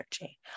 energy